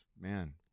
man